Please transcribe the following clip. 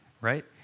right